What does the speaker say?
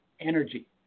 energy